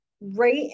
right